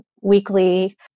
weekly